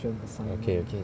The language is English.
okay okay